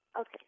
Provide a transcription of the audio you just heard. Okay